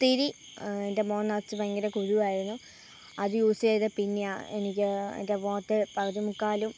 ഒത്തിരി എൻ്റെ മുഖം നിറച്ച് ഭയങ്കര കുരുവായിരുന്നു അത് യൂസ് ചെയ്തതിൽ പിന്നെ ആണ് എനിക്ക് എൻ്റെ മുഖത്ത് പകുതി മുക്കാലും